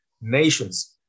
nations